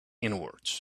inwards